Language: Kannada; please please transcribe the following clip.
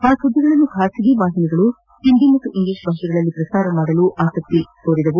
ಆ ಸುದ್ದಿಗಳನ್ನು ಖಾಸಗಿ ವಾಹಿನಿಗಳು ಹಿಂದಿ ಮತ್ತು ಇಂಗ್ಲಿಷ್ ಭಾಷೆಗಳಲ್ಲಿ ಪ್ರಸಾರ ಮಾಡಲು ಮುಂದಾಗಿವೆ